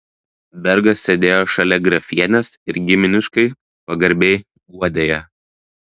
bergas sėdėjo šalia grafienės ir giminiškai pagarbiai guodė ją